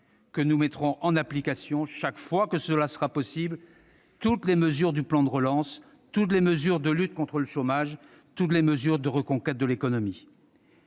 que nous mettrons en application, chaque fois que cela sera possible, toutes les mesures du plan de relance, de lutte contre le chômage et de reconquête de l'économie.